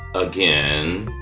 again.